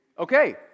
Okay